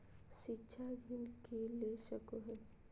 शिक्षा ऋण के ले सको है?